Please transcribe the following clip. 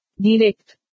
Direct